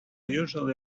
usually